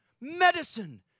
Medicine